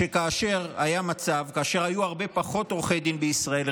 כאשר היה מצב שהיו הרבה פחות עורכי דין בישראל,